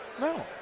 No